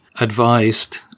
advised